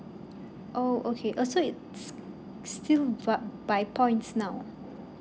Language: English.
oh okay uh so it's still give up by points now